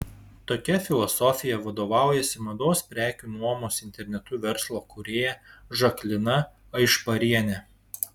tokia filosofija vadovaujasi mados prekių nuomos internetu verslo kūrėja žaklina aišparienė